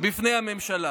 מפני הממשלה.